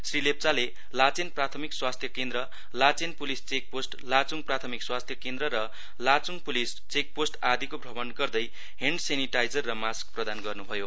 श्री लेप्चाले लाचेन प्राथमिक स्वास्थ्य केन्द्र लाचेन पुलिस चेकपोष्ट लाचुङ प्राथमिक स्वास्थ्य केन्द्र र लाचुङ पुलिस चेकपोस्ट आदिको भ्रमण गर्दै हेण्ड सेनिटाइजर र मास्क प्रदान गर्नुभयो